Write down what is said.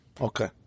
Okay